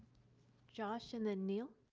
josh and then neil.